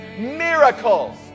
miracles